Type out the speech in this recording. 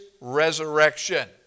resurrection